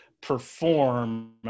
perform